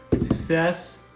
success